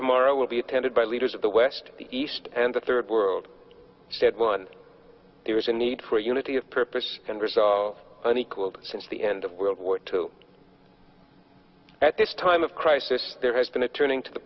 tomorrow will be attended by leaders of the west the east and the third world said one there is a need for unity of purpose and risotto unequalled since the end of world war two at this time of crisis there has been a turning to the